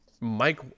Mike